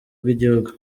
bw’igihugu